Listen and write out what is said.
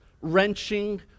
wrenching